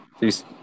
peace